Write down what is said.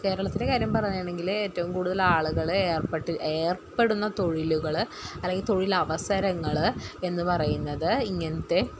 കേരളത്തിലെ കാര്യം പറയുകയാണെങ്കിൽ ഏറ്റവും കൂടുതലാളുകൾ ഏർപ്പെട്ട് ഏർപ്പെടുന്ന തൊഴിലുകൾ അല്ലെങ്കിൽ തൊഴിലവസരങ്ങൾ എന്ന് പറയുന്നത് ഇങ്ങനെത്തെ